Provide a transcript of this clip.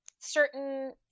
certain